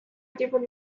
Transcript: different